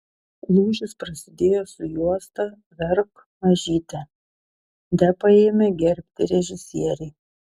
lūžis prasidėjo su juosta verk mažyte depą ėmė gerbti režisieriai